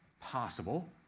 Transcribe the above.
Possible